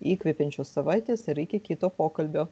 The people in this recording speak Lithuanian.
įkvepiančios savaitės ir iki kito pokalbio